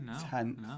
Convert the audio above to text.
tenth